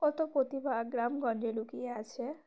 কত প্রতিভা গ্রাম গঞ্জে লুকিয়ে আছে